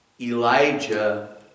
Elijah